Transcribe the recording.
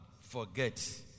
forget